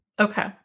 Okay